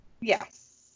yes